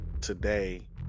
today